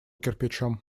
кирпичом